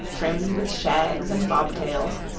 trimmed with shags and bobtails,